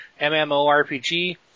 MMORPG